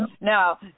Now